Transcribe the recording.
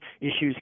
issues